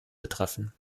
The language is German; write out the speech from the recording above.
betreffen